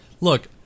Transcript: Look